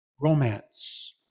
romance